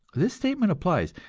this statement applies,